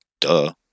Duh